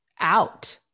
out